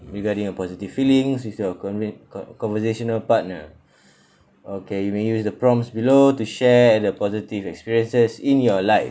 regarding a positive feelings with your conve~ con~ conversational partner okay you may use the prompts below to share uh the positive experiences in your life